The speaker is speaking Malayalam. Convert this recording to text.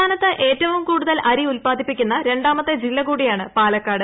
സംസ്ഥാനത്ത് ഏറ്റവും കൂടുതൽ അരി ഉത്പാദിപ്പിക്കുന്ന രണ്ടാമത്തെ ജില്ല കൂടിയാണ് പാലക്കാട്